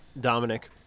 Dominic